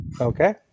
Okay